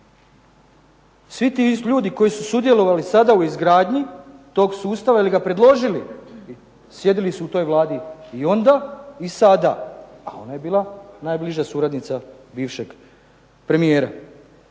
Svi ti ljudi koji su sudjelovali sada u izgradnji toga sustava ili ga predložili, sjedili su u toj Vladi i onda i sada. A ona je bila najbliža suradnica bivšeg premijera.